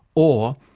or,